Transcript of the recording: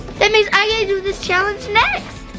that means i get to do this challenge next.